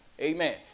Amen